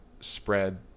spread